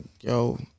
yo